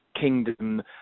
kingdom